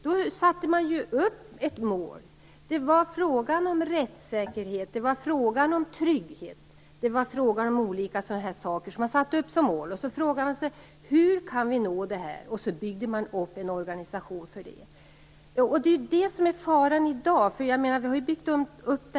Då satte vi upp ett mål, dvs. frågan om rättssäkerhet, om trygghet osv. Sedan frågade vi oss: Hur kan vi nå målet? och byggde upp en organisation för det. Det här har byggts upp under en lång tid.